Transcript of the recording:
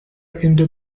into